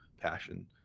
passion